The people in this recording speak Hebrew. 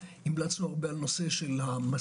המלצנו הרבה על נושא המסכות,